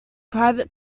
private